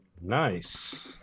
Nice